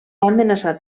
amenaçat